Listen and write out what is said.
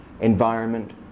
environment